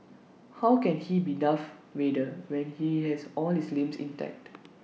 how can he be Darth Vader when he has all his limbs intact